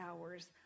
hours